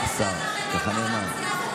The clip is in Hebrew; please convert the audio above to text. האחרונה.